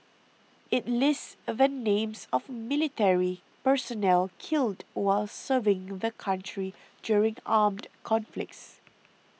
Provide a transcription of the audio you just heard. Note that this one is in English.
it lists all the names of military personnel killed while serving the country during armed conflicts